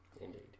Indeed